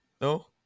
No